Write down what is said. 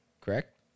Correct